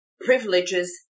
privileges